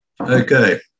Okay